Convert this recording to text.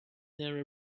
their